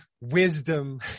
wisdom